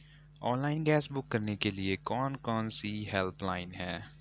Online gas book करने के लिए कौन कौनसी हेल्पलाइन हैं?